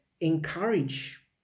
encourage